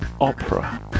Opera